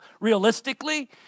Realistically